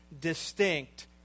distinct